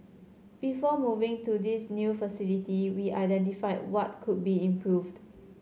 before moving to this new facility we identified what could be improved